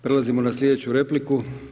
Prelazimo na slijedeću repliku.